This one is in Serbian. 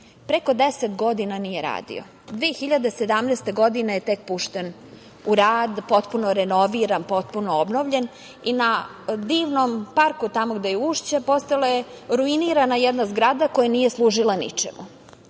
preko 10 godina nije radio. Godine 2017. je tek pušten u rad, potpuno renoviran, potpuno obnovljen i na divnom parku tamo gde je Ušće postojala je ruinirana jedna zgrada koja nije služila ničemu.